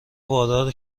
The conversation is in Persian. وادار